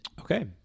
Okay